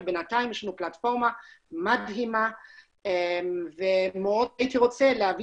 אבל בינתיים יש לנו פלטפורמה מדהימה והייתי רוצה להביא